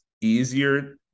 easier